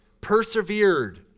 persevered